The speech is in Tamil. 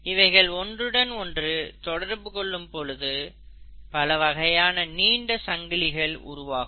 இவைகள் ஒன்றுடன் ஒன்று தொடர்பு கொள்ளும் பொழுது பல வகையான நீண்ட சங்கிலிகள் உருவாகும்